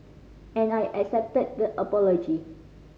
and I accepted the apology